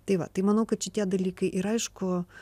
tai va tai manau kad šitie dalykai ir aišku